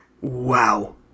Wow